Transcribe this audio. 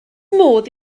modd